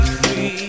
free